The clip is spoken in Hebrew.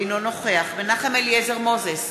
אינו נוכח מנחם אליעזר מוזס,